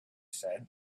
said